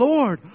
Lord